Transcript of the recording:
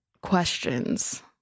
questions